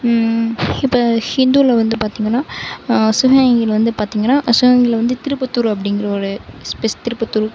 இப்போ ஹிந்துவில வந்து பார்த்திங்கன்னா சிவகங்கையில வந்து பார்த்திங்கன்னா சிவகங்கையில வந்து திருப்பத்தூர் அப்படிங்கிற ஒரு திருப்பத்தூர்